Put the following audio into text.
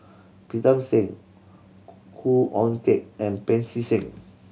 Pritam Singh Khoo Oon Teik and Pancy Seng